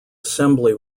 assembly